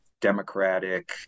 democratic